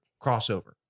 crossover